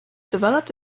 developed